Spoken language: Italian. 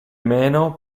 meno